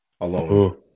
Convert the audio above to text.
alone